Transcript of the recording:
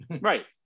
Right